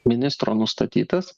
ministro nustatytas